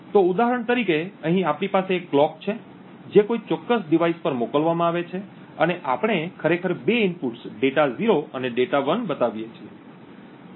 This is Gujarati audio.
તો ઉદાહરણ તરીકે અહીં આપણી પાસે એક કલોક છે જે કોઈ ચોક્કસ ડિવાઇસ પર મોકલવામાં આવે છે અને આપણે ખરેખર બે ઇનપુટ્સ ડેટા 0 અને ડેટા 1 બતાવીએ છીએ